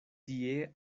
tie